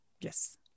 yes